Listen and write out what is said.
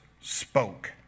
spoke